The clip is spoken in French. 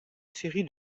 série